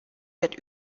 wird